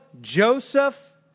Joseph